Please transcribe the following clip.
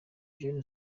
jeanne